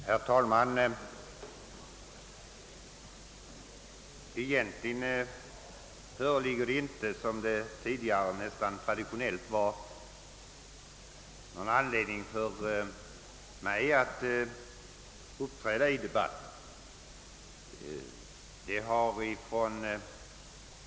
Herr talman! Egentligen finns det inte — i motsats till vad som tidigare nästan varit tradition — någon anledning för mig att uppträda i debatten.